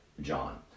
John